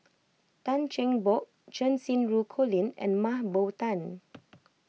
Tan Cheng Bock Cheng Xinru Colin and Mah Bow Tan